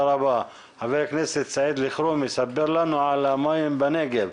חבר הכנסת סעיד אלחרומי, ספר לנו על המים בנגב.